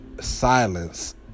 silence